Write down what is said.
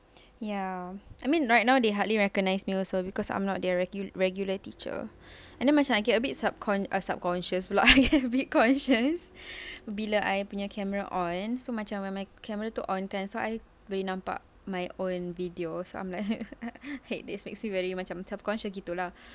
ya I mean right now they hardly recognize me also because I'm not their regu~ regular teacher and then macam I get a bit sub con~ ah subconscious a bit conscious bila I punya camera on so macam when my camera itu on so I boleh nampak my own videos I'm like hate this makes me very macam self-conscious gitu lah